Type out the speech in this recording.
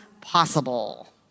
possible